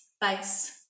base